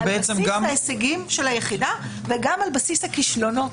על בסיס ההישגים של היחידה וגם על בסיס הכישלונות.